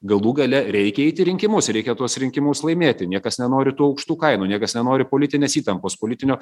galų gale reikia eit į rinkimus reikia tuos rinkimus laimėti niekas nenori tų aukštų kainų niekas nenori politinės įtampos politinio